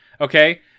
Okay